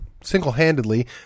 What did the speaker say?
single-handedly